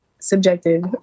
subjective